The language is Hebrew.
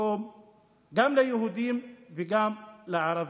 מקום גם ליהודים וגם לערבים.